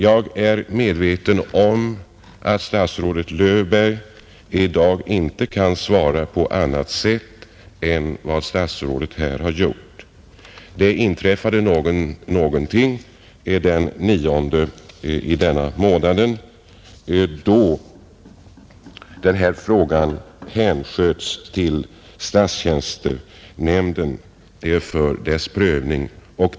Jag är medveten om att statsrådet Löfberg i dag inte kan svara på annat sätt än vad statsrådet här har gjort. Den 9 februari hänsköts denna fråga till statstjänstenämnden för dess prövning.